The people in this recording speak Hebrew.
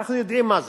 ואנחנו יודעים מה זה.